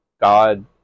God